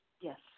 Yes